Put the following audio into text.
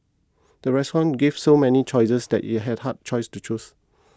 the restaurant gave so many choices that it had hard choices to choose